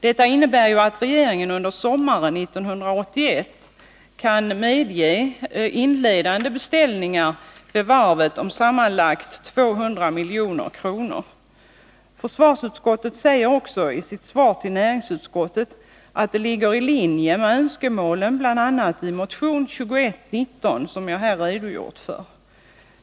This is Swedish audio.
Detta innebär att regeringen under sommaren 1981 kan medge inledande beställningar vid varvet om sammanlagt 200 milj.kr. Försvarsutskottet säger också i sitt svar till näringsutskottet att detta ligger i linje med önskemålen, bl.a. i vår motion 2119, som jag här har redogjort för.